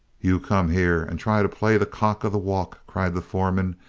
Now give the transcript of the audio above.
you come here and try to play the cock of the walk, cried the foreman.